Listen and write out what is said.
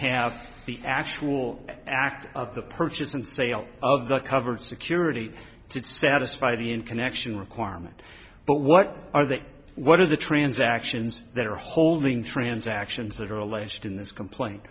have the actual act of the purchase and sale of the covered security to satisfy the in connection requirement but what are the what are the transactions that are holding transactions that are alleged in this complain